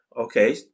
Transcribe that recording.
okay